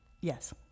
Yes